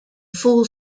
full